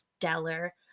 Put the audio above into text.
stellar